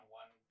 one